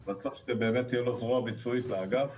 אבל צריכה להיות לו זרוע ביצועית באגף.